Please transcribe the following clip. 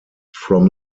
from